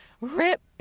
rip